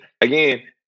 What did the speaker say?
again